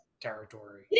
territory